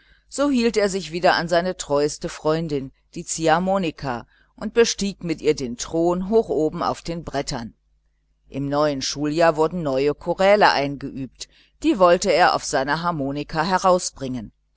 so hielt er sich wieder an seine treueste freundin die ziehharmonika und bestieg mit ihr den thron hoch oben auf den brettern im neuen schuljahr wurden neue choräle eingeübt die wollte er auf seiner harmonika herausbringen